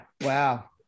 Wow